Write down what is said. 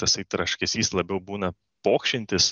tasai traškesys labiau būna pokšintis